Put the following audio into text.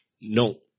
No